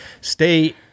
Stay